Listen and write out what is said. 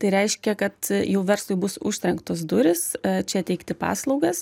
tai reiškia kad jau verslui bus užtrenktos durys čia teikti paslaugas